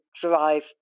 drive